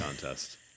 contest